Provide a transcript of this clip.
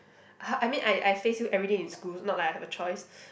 I I mean I I face you everyday in schools not like I have a choice